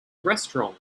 restaurant